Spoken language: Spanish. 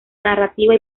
narrativa